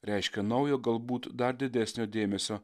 reiškia naujo galbūt dar didesnio dėmesio